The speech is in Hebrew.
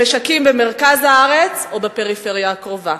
למשקים במרכז הארץ או בפריפריה הקרובה.